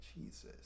Jesus